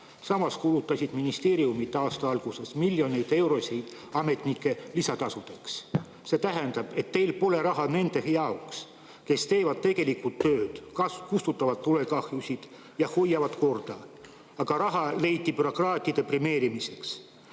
Samas kulutasid ministeeriumid aasta alguses miljoneid eurosid ametnike lisatasudeks. See tähendab seda, et teil pole raha nende jaoks, kes teevad tegelikult tööd, kustutavad tulekahjusid ja hoiavad korda, aga te leidsite raha bürokraatide premeerimiseks.